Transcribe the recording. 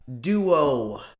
duo